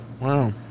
Wow